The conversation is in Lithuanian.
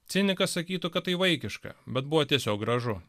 cinikas sakytų kad tai vaikiška bet buvo tiesiog gražu